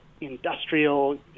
industrial